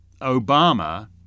Obama